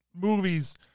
movies